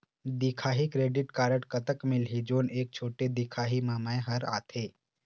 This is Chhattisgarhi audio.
दिखाही क्रेडिट कारड कतक मिलही जोन एक छोटे दिखाही म मैं हर आथे?